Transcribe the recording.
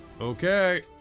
Okay